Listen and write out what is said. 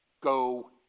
Go